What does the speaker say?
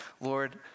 Lord